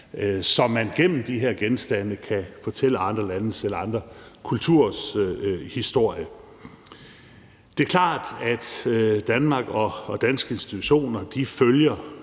så man gennem de her genstande kan fortælle andre landes eller andre kulturers historie. Det er klart, at Danmark og danske institutioner følger